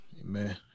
Amen